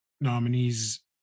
nominees